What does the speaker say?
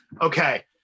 okay